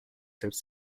selbst